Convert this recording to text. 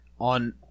On